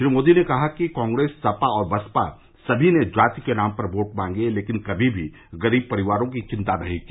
श्री मोदी ने कहा कि कांग्रेस सपा और बसपा सभी ने जाति के नाम पर वोट मांगे लेकिन कभी भी गरीब परिवारों की चिंता नहीं की